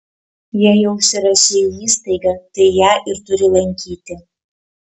jei jau užsirašei į įstaigą tai ją ir turi lankyti